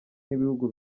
n’ibihugu